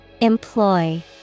Employ